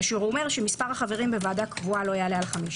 והוא אומר שמספר החברים בוועדה קבועה לא יעלה על 15,